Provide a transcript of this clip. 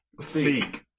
Seek